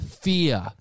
fear